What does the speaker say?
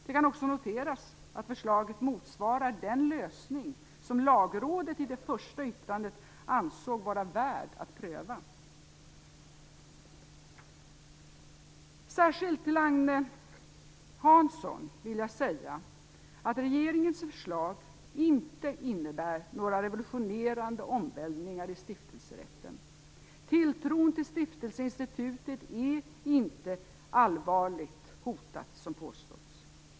Det kan också noteras att förslaget motsvarar den lösning som Lagrådet i det första yttrandet ansåg vara värd att pröva. Herr talman! Särskilt till Agne Hansson vill jag säga att regeringens förslag inte innebär några revolutionerande omvälvningar i stiftelserätten. Tilltron till stiftelseinstitutet är inte allvarligt hotat, som påståtts.